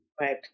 right